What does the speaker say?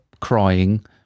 crying